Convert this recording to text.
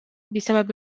بسبب